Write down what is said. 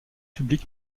public